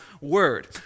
word